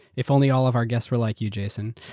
if only all of our guests were like you, jason.